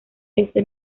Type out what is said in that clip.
este